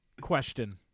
question